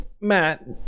Matt